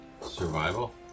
Survival